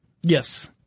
Yes